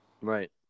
Right